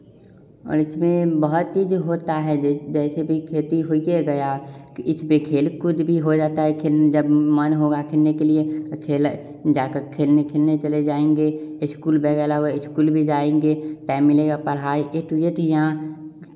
औल इसमें बहुत चीज़ होता है यह जैसे भी खेती हो गया इसपर खेल कूद भी हो जाता है खेल जब मन होगा खेलने के लिए तो खेलै जा कर खेलने खेलने चले जाएँगे एस्कूल बैग अलावा इस्कूल भी जाएँगे टाइम मिलेगा पढ़ाई एटू टू एट याँ